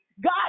God